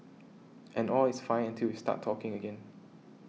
and all is fine until we start talking again